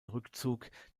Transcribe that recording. rückzug